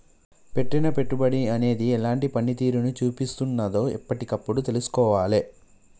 పెట్టిన పెట్టుబడి అనేది ఎలాంటి పనితీరును చూపిస్తున్నదో ఎప్పటికప్పుడు తెల్సుకోవాలే